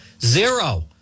zero